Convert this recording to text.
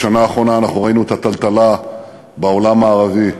בשנה האחרונה ראינו את הטלטלה בעולם הערבי.